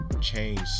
change